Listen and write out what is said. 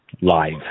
Live